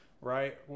right